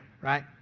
right